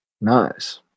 Nice